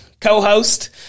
co-host